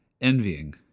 envying